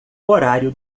horário